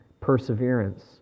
perseverance